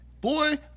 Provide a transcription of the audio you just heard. boy